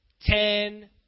ten